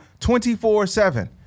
24-7